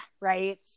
right